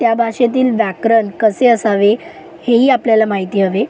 त्या भाषेतील व्याकरण कसे असावे हेही आपल्याला माहिती हवे